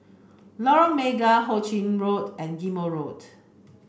Lorong Mega Ho Ching Road and Ghim Moh Road